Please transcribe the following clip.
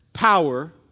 power